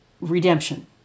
redemption